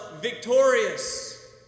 victorious